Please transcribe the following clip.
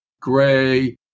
gray